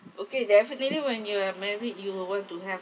okay definitely when you are married you will want to have